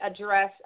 address